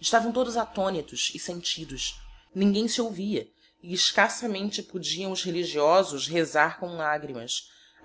estavaõ todos attonitos e sentidos ninguem se ouvia e escassamente podiaõ os religiosos rezar com lagrimas